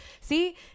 see